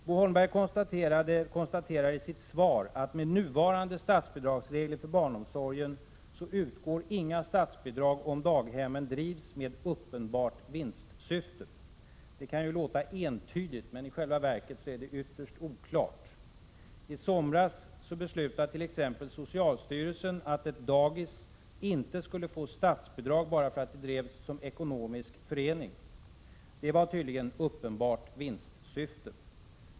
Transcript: Bo Holmberg konstaterar i sitt svar att med nuvarande statsbidragsregler för barnomsorgen utgår inga statsbidrag, om daghemmen drivs med uppen bart vinstsyfte. Det kan ju låta entydigt, men i själva verket är det ytterst — Prot. 1987/88:20 oklart. 10 november 1987 I somras beslutade t.ex. socialstyrelsen att ett dagis inte skule åå: ZH statsbidrag bara därför att det drevs som ekonomisk förening. Det var tydligen ”uppenbart vinstsyfte”.